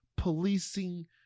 policing